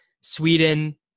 Sweden